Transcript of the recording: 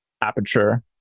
aperture